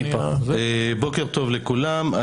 בוקר טוב לכולם.